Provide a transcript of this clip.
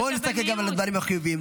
בואו נסתכל גם על הדברים החיוביים.